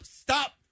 stop